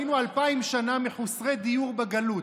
היינו אלפיים שנה מחוסרי דיור בגלות.